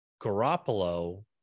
Garoppolo